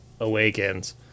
awakens